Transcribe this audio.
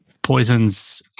poisons